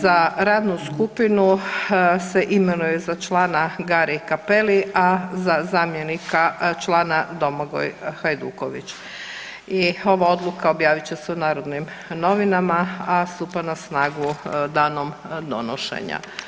Za radnu skupinu se imenuje za člana Gari Cappelli, a za zamjenika člana Domagoj Hajduković i ova odluka objavit će se u Narodnim novinama, a stupa na snagu danom donošenja.